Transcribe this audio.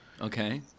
Okay